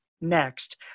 next